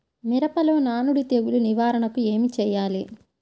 మిరపలో నానుడి తెగులు నివారణకు ఏమి చేయాలి?